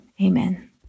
amen